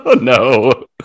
no